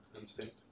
Instinct